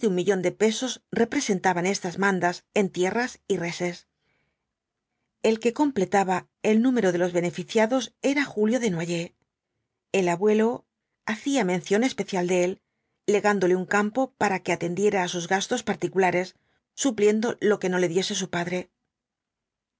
un millón de pesos representaban estas mandas en tierras y reses el que completaba el nún ero de los beneficiados era julio desnoyers el abuelo hacía mención especial de él legándole un campo para que atendiera á sus gastos particulares supliendo lo que no le diese su padre